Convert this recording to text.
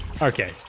Okay